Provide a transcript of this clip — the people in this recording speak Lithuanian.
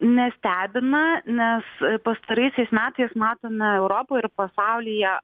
nestebina nes pastaraisiais metais matome europoj ir pasaulyje